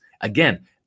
Again